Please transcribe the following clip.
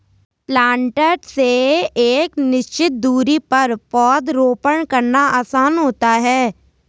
planter से एक निश्चित दुरी पर पौधरोपण करना आसान होता है